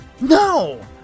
No